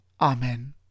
Amen